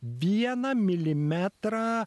vieną milimetrą